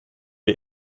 wir